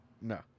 No